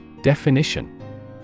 Definition